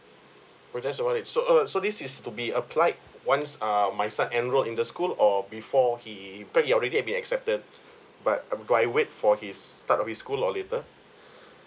oh that's about it so all so this is to be applied once um my son enrolled in the school or before he because he already been accepted but um do I wait for his start of his school or later